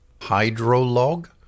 HydroLog